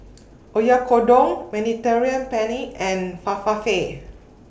Oyakodon Mediterranean Penne and Falafel